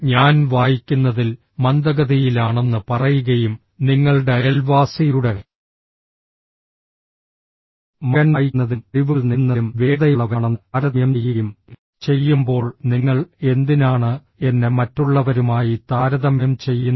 ഞാൻ വായിക്കുന്നതിൽ മന്ദഗതിയിലാണെന്ന് പറയുകയും നിങ്ങളുടെ അയൽവാസിയുടെ മകൻ വായിക്കുന്നതിലും കഴിവുകൾ നേടുന്നതിലും വേഗതയുള്ളവനാണെന്ന് താരതമ്യം ചെയ്യുകയും ചെയ്യുമ്പോൾ നിങ്ങൾ എന്തിനാണ് എന്നെ മറ്റുള്ളവരുമായി താരതമ്യം ചെയ്യുന്നത്